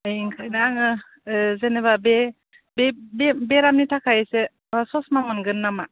दा आङो जेनेबा बे बेरामनि थाखाय एसे ससमा मोनगोन नामा